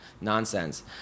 nonsense